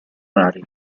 rari